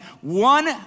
one